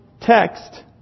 text